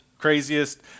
craziest